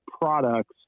products